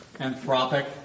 Anthropic